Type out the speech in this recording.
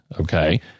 okay